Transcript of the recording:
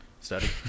Study